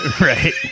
Right